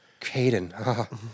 Caden